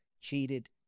cheated